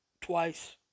twice